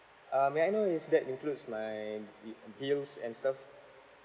uh may I know if that includes my bi~ bills and stuff